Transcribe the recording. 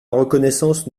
reconnaissance